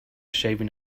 shaving